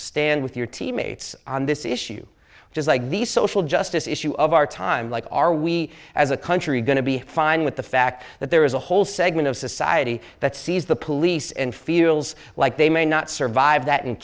stand with your teammates on this issue just like the social justice issue of our time like are we as a country going to be fine with the fact that there is a whole segment of society that sees the police and feels like they may not survive that